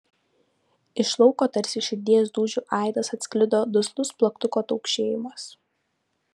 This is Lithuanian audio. iš lauko tarsi širdies dūžių aidas atsklido duslus plaktuko taukšėjimas